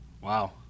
Wow